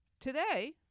Today